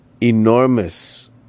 enormous